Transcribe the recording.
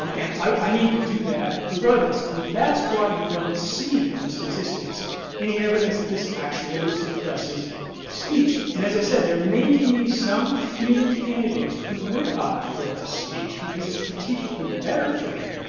um and i need to do that regardless. and that's why you don't see in the statistics any evidence that this actually suppresses speech. and as i said, there may be some few candidates who would opt for less speech because it's strategically better for them,